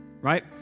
Right